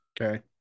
Okay